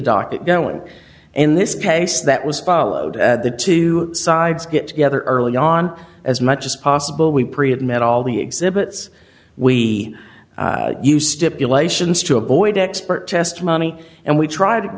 docket going in this case that was followed the two sides get together early on as much as possible we pray it met all the exhibits we use stipulations to avoid expert testimony and we tried